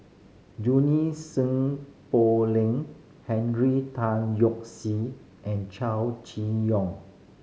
Junie Sng Poh Leng Henry Tan Yoke See and Chow Chee Yong